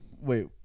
wait